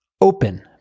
open